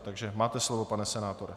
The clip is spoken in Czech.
Takže máte slovo, pane senátore.